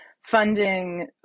funding